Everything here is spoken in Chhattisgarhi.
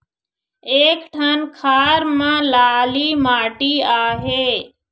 एक ठन खार म लाली माटी आहे?